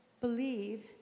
believe